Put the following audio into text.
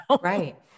Right